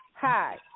Hi